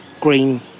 green